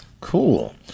Cool